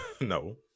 No